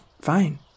fine